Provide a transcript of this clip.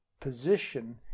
position